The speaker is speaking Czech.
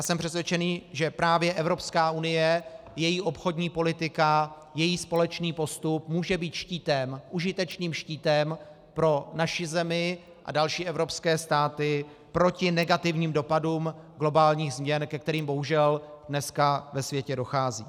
Jsem přesvědčen, že právě EU, její obchodní politika, její společný postup může být užitečným štítem pro naši zemi a další evropské státy proti negativním dopadům globálních změn, ke kterým bohužel dneska ve světě dochází.